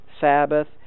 Sabbath